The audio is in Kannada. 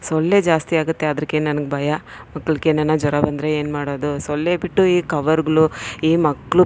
ಸೊಳ್ಳೆ ಜಾಸ್ತಿ ಆಗುತ್ತೆ ಅದಕ್ಕೆ ನಂಗೆ ಭಯ ಮಕ್ಕಳ್ಗೆ ಏನನ ಜ್ವರ ಬಂದರೆ ಏನ್ಮಾಡೋದು ಸೊಳ್ಳೆ ಬಿಟ್ಟು ಈ ಕವರ್ಗಳು ಈ ಮಕ್ಲು